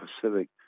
Pacific